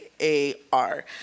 A-R